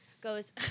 goes